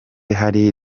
ahari